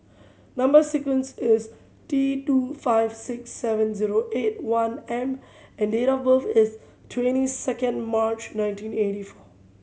number sequence is T two five six seven zero eight one M and date of birth is twenty second March nineteen eighty four